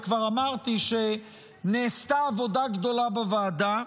וכבר אמרתי שנעשתה עבודה גדולה בוועדה,